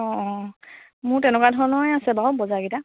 অঁ অঁ মোৰ তেনেকুৱা ধৰণৰে আছে বাাৰু বজাৰকেইটা